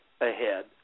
ahead